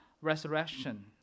resurrection